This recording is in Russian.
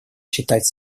читать